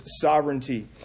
sovereignty